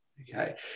okay